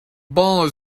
ball